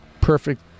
perfect